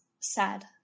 sad